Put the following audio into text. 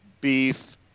beef